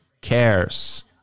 cares